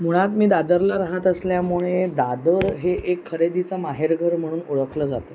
मुळात मी दादरला राहत असल्यामुळे दादर हे एक खरेदीचं माहेरघर म्हणून ओळखलं जातं